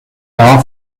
jahr